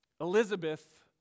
Elizabeth